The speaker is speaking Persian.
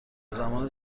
زمان